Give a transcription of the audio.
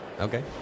Okay